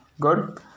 good